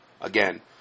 again